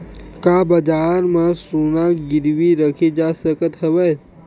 का बजार म सोना गिरवी रखे जा सकत हवय?